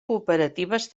cooperatives